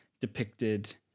depicted